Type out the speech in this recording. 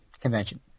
convention